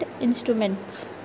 instruments